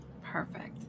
Perfect